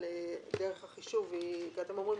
אבל דרך החישוב היא ואתם אומרים